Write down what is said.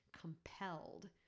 compelled